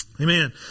Amen